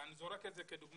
אני זורק את זה כדוגמה,